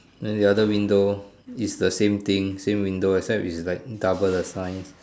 then the other window is the same thing same window except it's like double the size